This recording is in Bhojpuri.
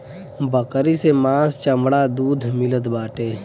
बकरी से मांस चमड़ा दूध मिलत बाटे